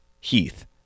Heath